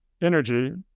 energy